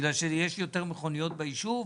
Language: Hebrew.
בגלל שיש יותר מכוניות ביישוב,